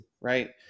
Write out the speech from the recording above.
Right